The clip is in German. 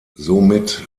somit